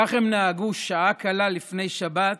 כך הם נהגו שעה קלה לפני שבת